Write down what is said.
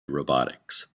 robotics